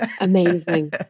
Amazing